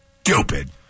stupid